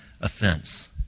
offense